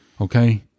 Okay